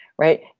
Right